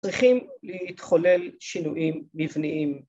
‫צריכים להתחולל שינויים מבניים.